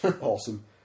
awesome